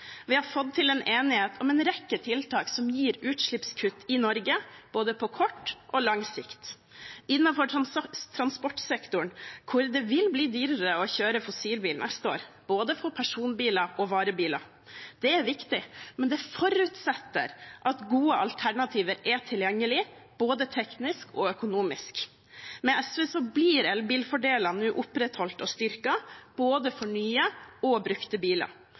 Vi har fått til en enighet om en rekke tiltak som gir utslippskutt i Norge – på både kort og lang sikt – innenfor transportsektoren, hvor det vil bli dyrere å kjøre fossilbil neste år, for både personbiler og varebiler. Det er viktig, men det forutsetter at gode alternativer er tilgjengelig, både teknisk og økonomisk. Med SV blir elbilfordelene nå opprettholdt og styrket, for både nye og brukte biler.